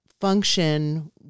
function